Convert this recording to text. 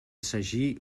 sagí